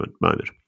moment